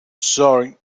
sorry